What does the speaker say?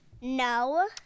No